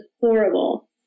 horrible